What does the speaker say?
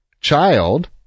child